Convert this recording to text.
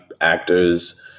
actors